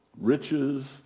riches